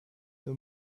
two